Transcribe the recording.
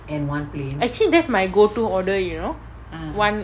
actually that's my go to order you know one